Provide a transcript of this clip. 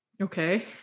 Okay